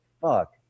fuck